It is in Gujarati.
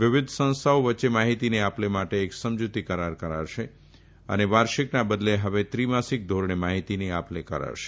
વિવિધ સંસ્થાઓ વચ્ચે માહિતીની આપ લે માટે એક સમજુતી કરાર કરાશે અને વાર્ષિકના બદલે ત્રિ માસીક ધોરણે માહિતીની આપ લે કરાશે